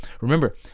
Remember